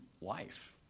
life